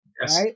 Yes